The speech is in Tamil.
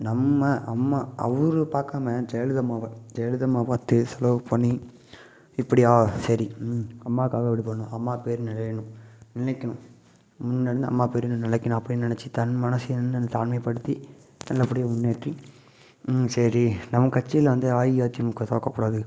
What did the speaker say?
நம்ம அம்மா அவரு பார்க்காம ஜெயலலிதா அம்மாவை ஜெயலலிதா அம்மாவை பார்த்து செலவு பண்ணி இப்படியா சரி அம்மாக்காக இப்படி பண்ணும் அம்மா பெயரு நிறையணும் நிலைக்கணும் அம்மா பெயரு நிலைக்கணும் அப்படின்னு நினச்சி தான் மனசயும் இன்னும் தாழ்மைப்படுத்தி நல்லபடியா முன்னேற்றி சரி நம்ம கட்சியில் வந்து ஆஇஆதிமுக தோற்கக்கூடாது